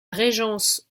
régence